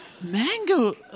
Mango